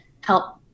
help